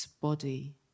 body